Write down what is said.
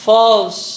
False